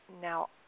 now